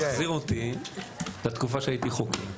עכשיו אתה מחזיר אותי לתקופה שהייתי חוקר.